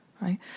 Right